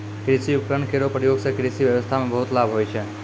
कृषि उपकरण केरो प्रयोग सें कृषि ब्यबस्था म बहुत लाभ होय छै